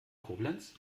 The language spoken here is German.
koblenz